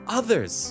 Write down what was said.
others